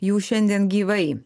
jų šiandien gyvai